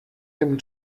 him